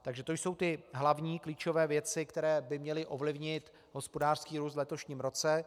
Takže to jsou hlavní, klíčové věci, které by měly ovlivnit hospodářský růst v letošním roce.